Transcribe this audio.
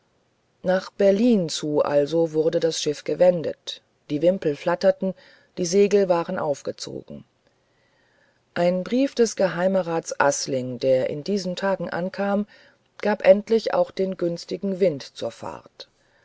nach berlin zu also wurde das schiff gewendet die wimpel flatterten die segel waren aufgezogen ein brief des geheimerats asling der in diesen tagen ankam gab endlich auch den günstigen wind zur fahrt